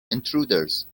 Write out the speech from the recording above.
intruders